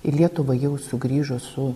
į lietuvą jau sugrįžo su